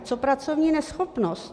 Co pracovní neschopnost?